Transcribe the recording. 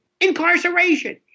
incarceration